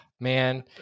man